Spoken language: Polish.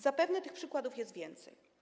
Zapewne tych przykładów jest więcej.